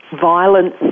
violence